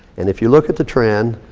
and if you look at the trend,